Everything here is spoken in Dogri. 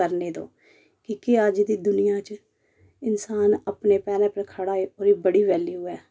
ओह् करने दो की कि अज्ज दी दुनिया च इंसान अपने पैरें पर खड़ा होए ओह्दी बड़ी वैल्यू ऐ